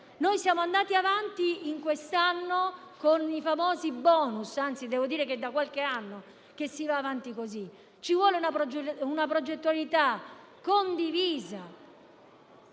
Noi siamo andati avanti quest'anno con i famosi *bonus*; anzi, devo dire che è da qualche anno che si va avanti in questo modo. Ci vuole una progettualità condivisa,